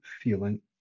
feeling